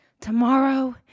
tomorrow